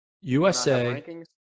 USA